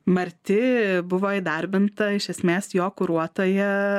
marti buvo įdarbinta iš esmės jo kuruotoje